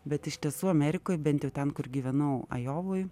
bet iš tiesų amerikoj bent jau ten kur gyvenau ajovoj